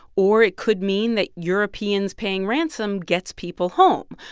or it could mean that europeans paying ransom gets people home.